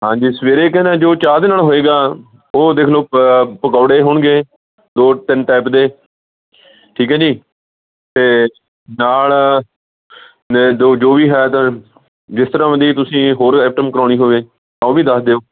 ਹਾਂਜੀ ਸਵੇਰੇ ਇੱਕ ਨਾ ਜੋ ਚਾਹ ਦੇ ਨਾਲ ਹੋਏਗਾ ਉਹ ਦੇਖ ਲਓ ਪਕੌੜੇ ਹੋਣਗੇ ਦੋ ਤਿੰਨ ਟੈਪ ਦੇ ਠੀਕ ਹੈ ਜੀ ਅਤੇ ਨਾਲ ਜੋ ਵੀ ਹੈ ਤਾਂ ਜਿਸ ਤਰ੍ਹਾਂ ਓਹ ਜੀ ਤੁਸੀਂ ਹੋਰ ਐਟਮ ਕਰਵਾਉਣੀ ਹੋਵੇ ਤਾਂ ਉਹ ਵੀ ਦੱਸ ਦਿਓ